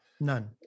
None